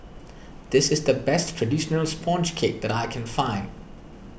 this is the best Traditional Sponge Cake that I can find